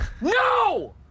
no